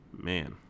man